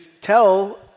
tell